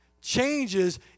changes